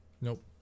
nope